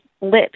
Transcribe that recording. lips